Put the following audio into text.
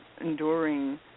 enduring